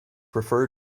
refer